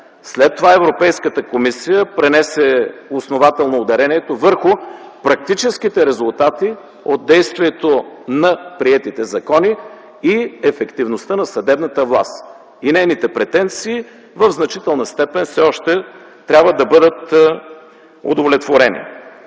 След това Европейската комисия пренесе основателно ударението върху практическите резултати от действието на приетите закони и ефективността на съдебната власт. И нейните претенции в значителна степен все още трябва да бъдат удовлетворени.